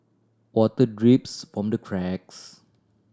water drips from the cracks